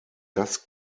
das